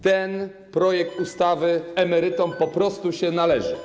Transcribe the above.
Ten projekt ustawy emerytom po prostu się należy.